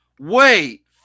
wait